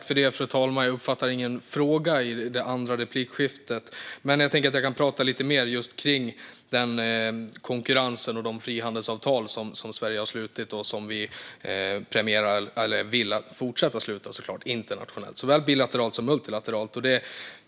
Fru talman! Jag uppfattade ingen fråga i Lorena Delgado Varas andra replik, men jag kan prata lite mer om konkurrens och om de frihandelsavtal som Sverige har slutit internationellt och som vi såklart vill fortsätta att sluta, såväl bilateralt som multilateralt.